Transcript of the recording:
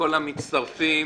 לכל המצטרפים,